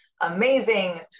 amazing